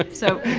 but so,